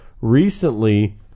recently